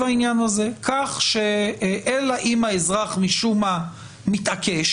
העניין הזה כך שאלא אם האזרח משום מה מתעקש,